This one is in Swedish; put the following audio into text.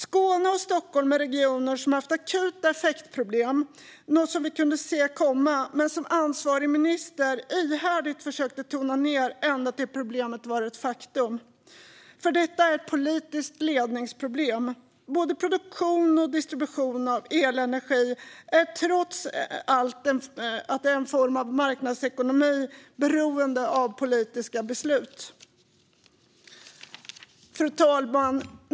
Skåne och Stockholm är regioner som har haft akuta effektproblem. Det var något som vi kunde se komma men som ansvarig minister ihärdigt försökte tona ned ända till dess att problemet var ett faktum. Detta är ett politiskt ledningsproblem. Både produktion och distribution av elenergi är trots att detta är en form av marknadsekonomi beroende av politiska beslut. Fru talman!